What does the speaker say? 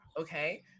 Okay